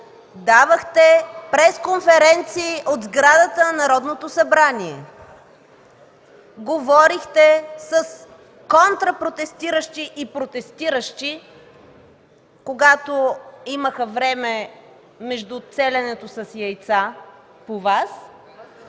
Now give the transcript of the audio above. давахте пресконференции от сградата на Народното събрание, говорихте с контрапротестиращи и протестиращи, когато имаха време между целенето с яйца по Вас...